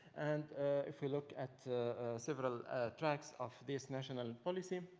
and if we look at several tracks of this national policy, um